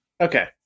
Okay